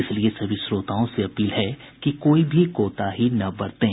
इसलिए सभी श्रोताओं से अपील है कि कोई भी कोताही न बरतें